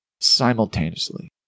simultaneously